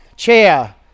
Chair